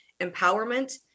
empowerment